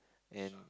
and